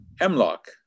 Hemlock